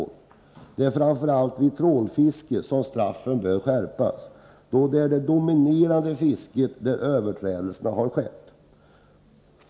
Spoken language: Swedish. Det är emellertid framför allt vid trålfiske som straffen bör skärpas, då det är det dominerande fiske där överträdelser har skett.